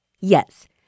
Yes